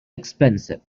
expensive